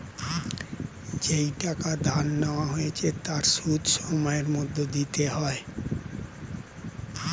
যেই টাকা ধার নেওয়া হয়েছে তার সুদ সময়ের মধ্যে দিতে হয়